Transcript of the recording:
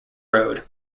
road